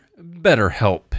BetterHelp